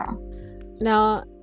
Now